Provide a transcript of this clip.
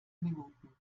minuten